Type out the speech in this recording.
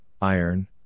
iron